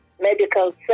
Medical